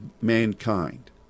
mankind